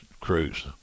cruise